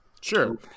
Sure